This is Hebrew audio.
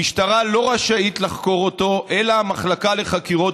המשטרה לא רשאית לחקור אותו אלא המחלקה לחקירות